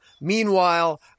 Meanwhile